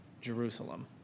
Jerusalem